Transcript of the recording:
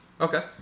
Okay